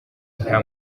nta